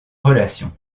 relation